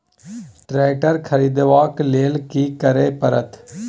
Tractor खरीदबाक लेल की करय परत?